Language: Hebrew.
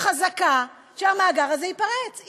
חזקה שהמאגר הזה ייפרץ.